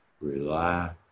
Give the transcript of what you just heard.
Relax